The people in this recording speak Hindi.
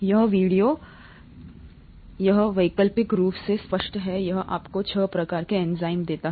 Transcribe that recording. यह वीडियो यह वैकल्पिक रूप से स्पष्ट है यह आपको छह प्रकार के एंजाइम देता है